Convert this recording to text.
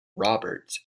roberts